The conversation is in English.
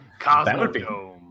Cosmodome